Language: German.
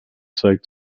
zeigt